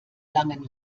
langen